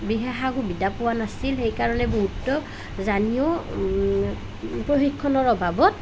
বিশেষ সা সুবিধা পোৱা নাছিল সেইকাৰণে গুৰুত্ব জানিও প্ৰশিক্ষণৰ অভাৱত